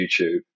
YouTube